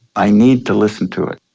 i need to listen to it.